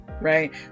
right